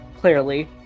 clearly